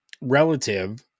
relative